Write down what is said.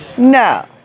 No